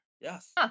Yes